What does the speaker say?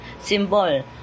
symbol